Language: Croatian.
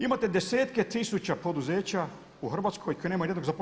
Imate desetke tisuća poduzeća u Hrvatskoj koji nemaju niti jednog